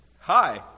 Hi